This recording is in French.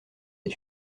est